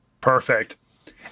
Perfect